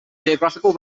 geographical